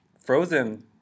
Frozen